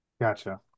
Gotcha